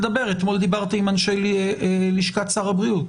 רק להגיד, אתמול דיברתי עם אנשי לשכת שר הבריאות.